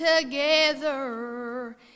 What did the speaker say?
together